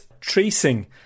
tracing